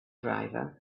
driver